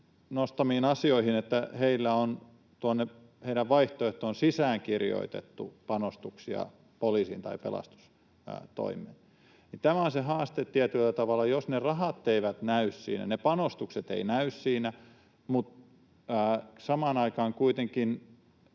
nostamiin asioihin, siihen, että heidän vaihtoehtoon on sisäänkirjoitettu panostuksia poliisiin tai pelastustoimeen. Tämä on se haaste tietyllä tavalla: jos ne rahat eivät näy siinä, ne panostukset eivät näy siinä, mutta samaan aikaan kuitenkin